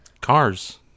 Cars